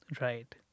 Right